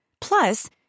Plus